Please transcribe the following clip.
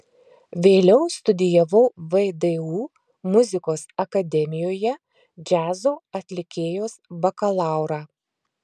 vėliau studijavau vdu muzikos akademijoje džiazo atlikėjos bakalaurą